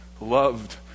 loved